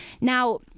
Now